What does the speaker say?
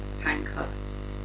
handcuffs